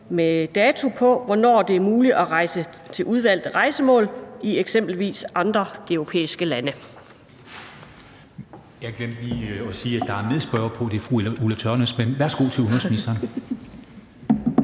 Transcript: med dato på, hvornår det er muligt at rejse til udvalgte rejsemål i eksempelvis andre europæiske lande?